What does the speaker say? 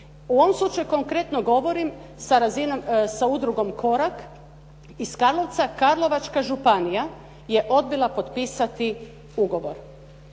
U ovom slučaju konkretno govorim sa udrugom Korak iz Karlovca Karlovačka županija je odbila potpisati ugovor.